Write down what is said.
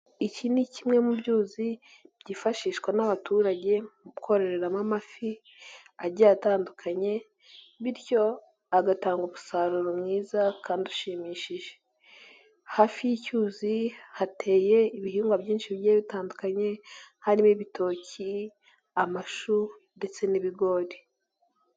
Iki ni kimwe mu byuzi byifashishwa n'abaturage mu kororeramo amafi agiye atandukanye, bityo agatanga umusaruro mwiza kandi ushimishije. Hafi y'icyuzi hateye ibihingwa byinshi bigiye bitandukanye harimo ibitoki, amashu, ndetse n'ibigori.